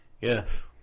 Yes